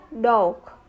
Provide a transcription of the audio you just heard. dog